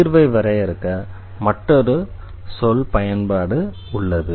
தீர்வை வரையறுக்க மற்றொரு சொல் பயன்பாடு உள்ளது